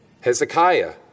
Hezekiah